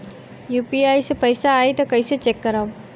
UPI से पैसा आई त कइसे चेक करब?